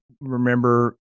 remember